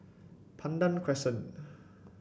Pandan Crescent